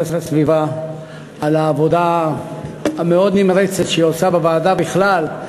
הסביבה על העבודה המאוד-נמרצת שהיא עושה בוועדה בכלל,